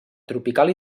tropical